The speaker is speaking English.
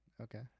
Okay